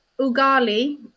ugali